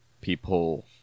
people